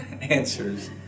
answers